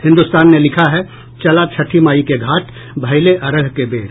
हिन्दुस्तान ने लिखा है चलाऽ छठी माई के घाट भइले अरघ के बेर